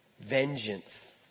vengeance